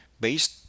Based